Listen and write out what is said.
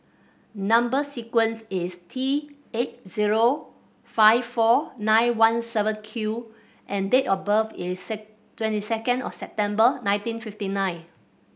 number sequence is T eight zero five four nine one seven Q and date of birth is twenty second of September nineteen fifty nine